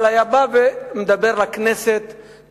אבל הוא היה בא ומדבר לכנסת כשההורים,